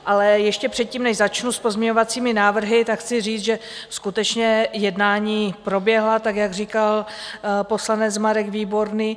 Ale ještě před tím, než začnu s pozměňovacími návrhy, chci říct, že skutečně jednání proběhla tak, jak říkal poslanec Marek Výborný.